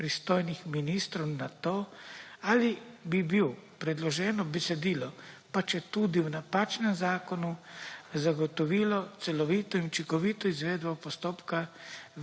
pristojnih ministrov na to, ali bi predloženo besedilo, pa četudi v napačnem zakonu, zagotovilo celovito in učinkovito izvedbo postopka